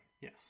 Yes